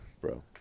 bro